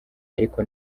ariko